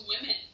women